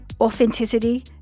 authenticity